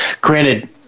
Granted